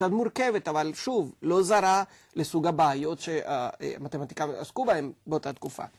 קצת מורכבת, אבל שוב, לא זרה לסוג הבעיות שהמתמטיקאים עסקו בהם באותה תקופה.